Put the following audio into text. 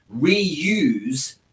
reuse